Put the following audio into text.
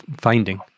finding